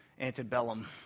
antebellum